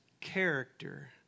character